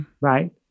right